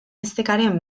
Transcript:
estekaren